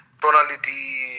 tonality